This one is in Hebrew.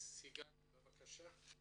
סיגל ליבוביץ בבקשה.